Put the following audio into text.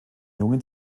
jungen